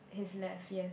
his left yes